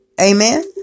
Amen